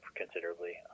considerably